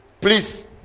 please